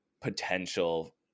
potential